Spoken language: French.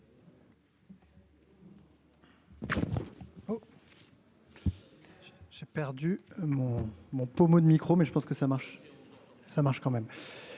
J'ai perdu mon mon pommeau de micro, mais je pense que ça marche, ça marche